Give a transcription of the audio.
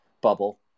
bubble